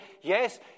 yes